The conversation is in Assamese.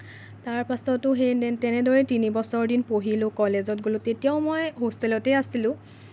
তাৰপাছতো সেই তেন তেনেদৰে তিনি বছৰ দিন পঢ়িলোঁ কলেজত গ'লোঁ তেতিয়াও মই হোষ্টেলতে আছিলোঁ